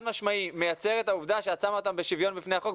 משמעי מייצר את העובדה שאת שמה אותם בשוויון בפני החוק,